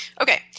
Okay